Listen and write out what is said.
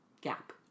Gap